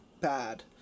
bad